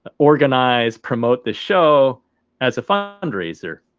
a organized promote the show as a fundraiser,